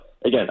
again